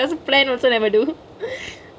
there's a plan also never do